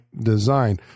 design